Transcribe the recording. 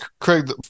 Craig